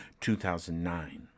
2009